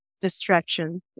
distraction